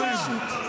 הטבח על הראש שלכם.